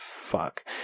fuck